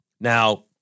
Now